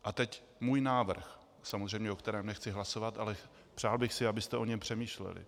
A teď můj návrh, samozřejmě o kterém nechci hlasovat, ale přál bych si, abyste o něm přemýšleli.